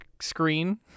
screen